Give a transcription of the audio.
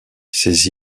ces